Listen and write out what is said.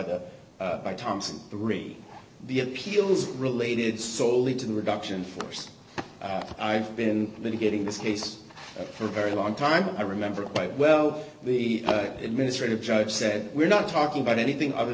the by thomson three the appeals related solely to the reduction force i've been litigating this case for a very long time i remember quite well the administrative judge said we're not talking about anything other